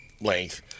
length